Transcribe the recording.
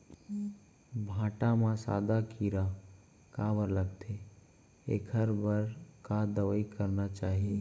भांटा म सादा कीरा काबर लगथे एखर बर का दवई करना चाही?